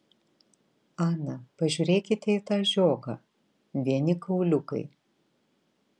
ana pažiūrėkite į tą žiogą vieni kauliukai